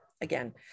again